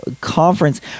Conference